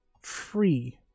free